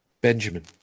Benjamin